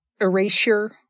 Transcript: Erasure